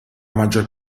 maggior